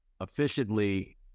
efficiently